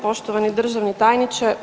Poštovani državni tajniče.